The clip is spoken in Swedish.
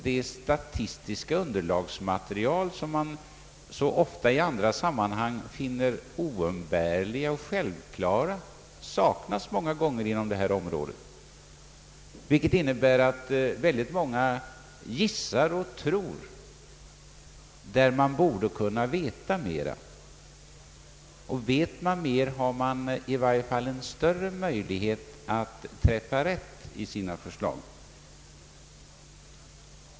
Det statistiska grundmaterial, som man så ofta i andra sammanhang finner oumbärligt och självklart, saknas många gånger inom detta område, vilket innebär att många gissar och tror där man borde kunna veta mera. Vet man mer har man i varje fall större möjligheter att träffa rätt i sina förslag.